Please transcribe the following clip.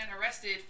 arrested